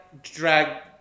drag